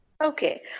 okay